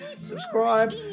subscribe